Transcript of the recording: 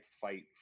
fight